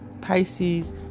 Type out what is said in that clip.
Pisces